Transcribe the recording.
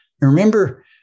remember